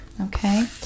Okay